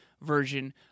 version